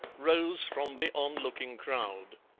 rose from the onlooking crowd.